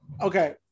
okay